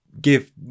give